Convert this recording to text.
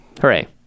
Hooray